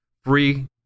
free